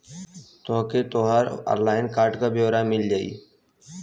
तोके तोहर online card क ब्योरा मिल जाई